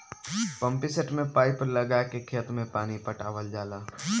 pumpset में pipe लगा के खेत में पानी पटावल जाला